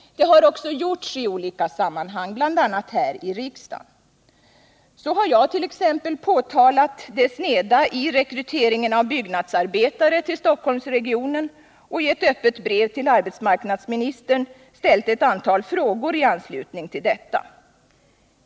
Det har också gjorts i olika sammanhang, bl.a. här i riksdagen. Så har t.ex. jag påtalat det sneda i rekryteringen av byggnadsarbetare till Stockholmsregionen och i ett öppet brev till arbetsmarknadsministern ställt ett antal frågor i anslutning till detta.